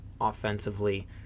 offensively